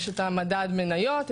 יש את מדד המניות,